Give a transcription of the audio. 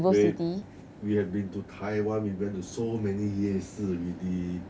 we we have been to taiwan we've been to so many 夜市 already